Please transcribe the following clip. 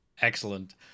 Excellent